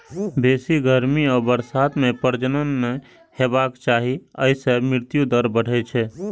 बेसी गर्मी आ बरसात मे प्रजनन नहि हेबाक चाही, अय सं मृत्यु दर बढ़ै छै